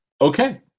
Okay